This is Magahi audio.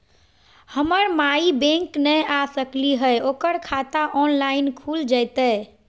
हमर माई बैंक नई आ सकली हई, ओकर खाता ऑनलाइन खुल जयतई?